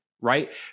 right